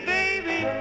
baby